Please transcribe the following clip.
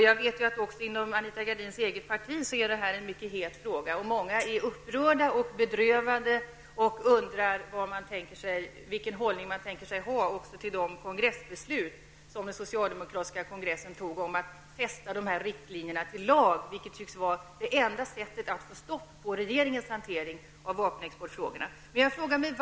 Jag vet att detta även inom Anita Gradins eget parti är en mycket het fråga, och många är upprörda och bedrövade och undrar vilken hållning regeringen tänker ha till de kongressbeslut som den socialdemokratiska kongressen fattade om att fästa dessa riktlinjer i en lag, vilket tycks vara det enda sättet att få stopp på regeringens hantering av vapenexportfrågorna. Anita Gradin?